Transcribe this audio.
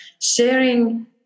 sharing